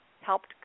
helped